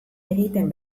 egiten